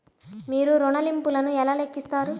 మీరు ఋణ ల్లింపులను ఎలా లెక్కిస్తారు?